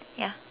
ya